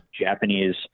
Japanese